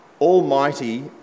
almighty